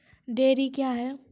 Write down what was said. Dairy क्या हैं?